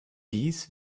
dies